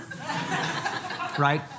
right